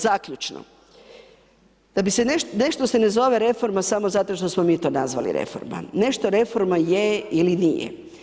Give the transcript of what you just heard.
Zaključno, da bi se nešto, nešto se ne zove reforma samo zato što smo mi to nazvali reforma, nešto reforma je ili nije.